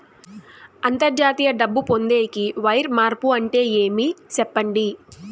అంతర్జాతీయ డబ్బు పొందేకి, వైర్ మార్పు అంటే ఏమి? సెప్పండి?